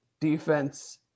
defense